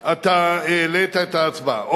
אני יכולה לדמיין את ההתרגשות של